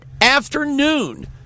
afternoon